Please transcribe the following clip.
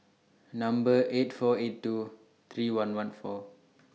Number eight four eight two three one one four